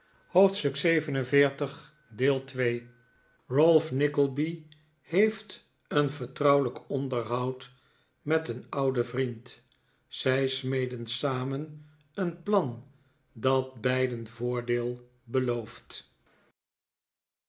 hoofdstuk xl vii ralph nickleby heeft een vertrouwelijk onderhoud met een ouden vriend zij smeden samen een plan dat beiden voordeel belooft